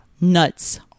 Nuts